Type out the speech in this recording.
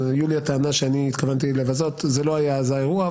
יוליה טענה שאני התכוונתי לבזות אבל זה לא היה אז האירוע.